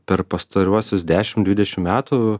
per pastaruosius dešim dvidešim metų